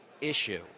issue